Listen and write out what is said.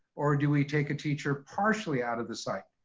or do we take a teacher partially out of the site?